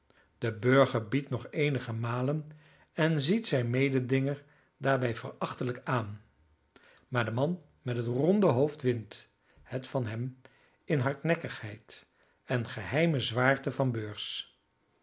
de burger biedt nog eenige malen en ziet zijn mededinger daarbij verachtelijk aan maar de man met het ronde hoofd wint het van hem in hardnekkigheid en geheime zwaarte van beurs